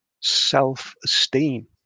self-esteem